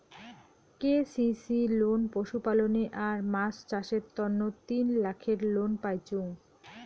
KCC loan পশুপালনে আর মাছ চাষের তন্ন তিন লাখের লোন পাইচুঙ